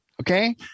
okay